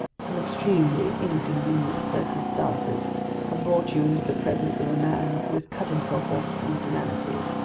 some extremely inconvenient circumstances have brought you into the presence of a man who has cut himself off from humanity.